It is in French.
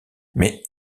mais